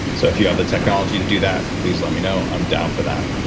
so if you have the technology to do that, please let me know, i'm down for that.